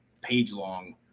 page-long